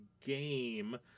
game